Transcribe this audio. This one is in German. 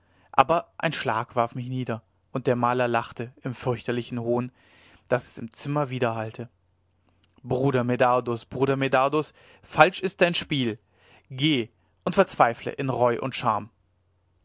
aber ein schlag warf mich nieder und der maler lachte im fürchterlichen hohn daß es im zimmer widerhallte bruder medardus bruder medardus falsch ist dein spiel geh und verzweifle in reue und scham